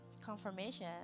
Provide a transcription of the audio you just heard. confirmation